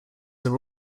are